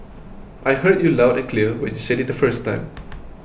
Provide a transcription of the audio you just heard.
I heard you loud and clear when you said it the first time